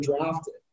drafted